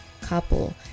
couple